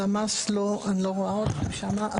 הלמ"ס לא, אני לא רואה אותם שם.